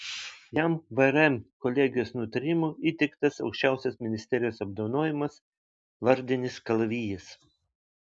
jam vrm kolegijos nutarimu įteiktas aukščiausias ministerijos apdovanojimas vardinis kalavijas